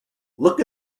look